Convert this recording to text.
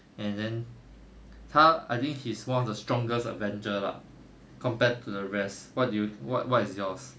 and then 他 I think he's one of the strongest avenger lah compared to the rest what do you what what is yours